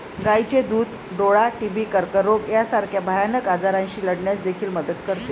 गायीचे दूध डोळा, टीबी, कर्करोग यासारख्या भयानक आजारांशी लढण्यास देखील मदत करते